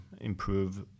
improve